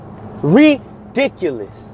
Ridiculous